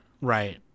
Right